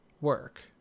work